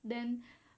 then